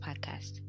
Podcast